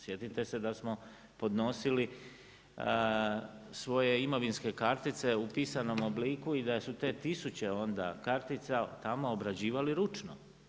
Sjetite se da smo podnosili svoje imovinske kartice u pisanom obliku i da su te tisuće onda kartica tamo obrađivali ručno.